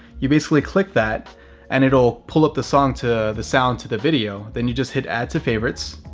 you basically click that and it'll pull up the song to the sound to the video. then you just hit add to favorites.